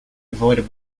avoided